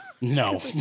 No